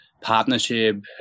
partnership